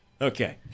Okay